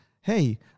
Hey